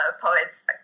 poets